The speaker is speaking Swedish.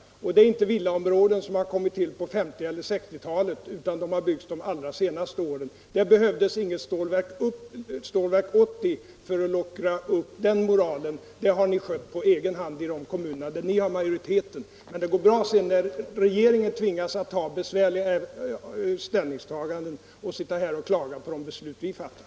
Dessa villaområden har inte kommit till på 1950 eller 1960-talen, utan de har byggts under de allra senaste åren. Det behövdes inget Stålverk 80 för att luckra upp den moralen —- det har ni skött på egen hand i de kommuner där ni har majoritet. Men när regeringen tvingas till besvärliga ställningstaganden går det bra att här klaga på de beslut som vi fattar.